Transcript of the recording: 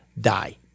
die